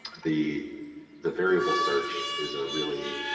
the the variable search is a really